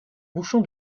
bouchon